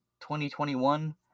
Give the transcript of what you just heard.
2021